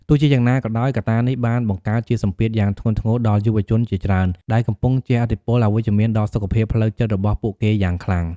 ទោះជាយ៉ាងណាក៏ដោយ កត្តានេះបានបង្កើតជាសម្ពាធយ៉ាងធ្ងន់ធ្ងរដល់យុវជនជាច្រើន ដែលកំពុងជះឥទ្ធិពលអវិជ្ជមានដល់សុខភាពផ្លូវចិត្តរបស់ពួកគេយ៉ាងខ្លាំង។